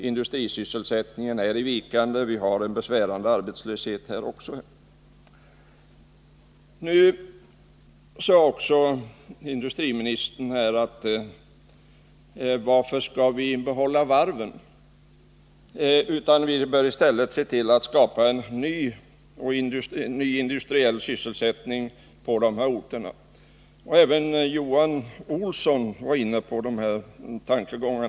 Industrisysselsättningen är vikande, och vi har en besvärande arbetslöshet även inom industrin. Industriministern frågade varför vi skall behålla varven. Han menade att vi i stället bör se till att det skapas en ny industriell sysselsättning på orterna i fråga. Även Johan Olsson var inne på dessa tankegångar.